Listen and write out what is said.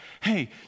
Hey